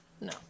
No